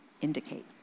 indicate